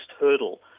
hurdle